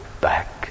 back